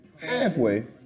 Halfway